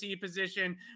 position